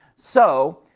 so,